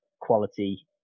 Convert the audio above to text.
quality